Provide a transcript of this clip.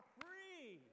free